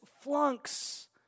flunks